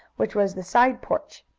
which was the side porch.